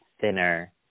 thinner